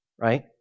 right